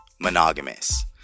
monogamous